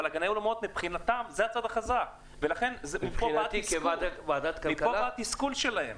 אבל מבחינתם בעלי האולמות הם הצד החזק ומפה בא התסכול שלהם.